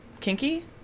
kinky